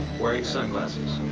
wearing sunglasses.